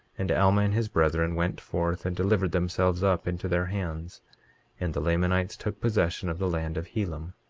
and alma and his brethren went forth and delivered themselves up into their hands and the lamanites took possession of the land of helam.